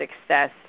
success